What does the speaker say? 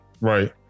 Right